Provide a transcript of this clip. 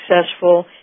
successful